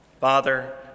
Father